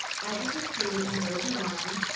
as you can see in version one,